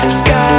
sky